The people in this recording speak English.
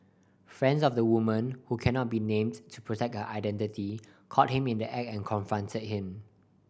friends of the woman who cannot be named to protect her identity caught him in the act and confronted him